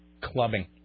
Clubbing